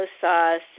sauce